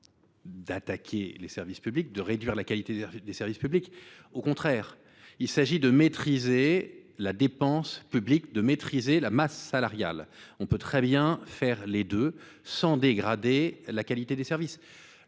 d’attaquer les services publics ou de réduire leur qualité. Au contraire, il s’agit de maîtriser la dépense publique en contrôlant la masse salariale. On peut très bien faire cela sans dégrader la qualité des services.